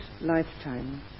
lifetime